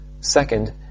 Second